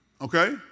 Okay